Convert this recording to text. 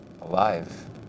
alive